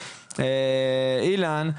אילן,